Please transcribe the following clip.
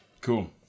Cool